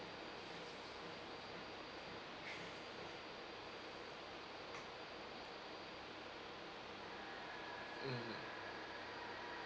mmhmm